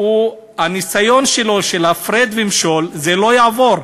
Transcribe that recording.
הניסיון שלו של הפרד ומשול, זה לא יעבור.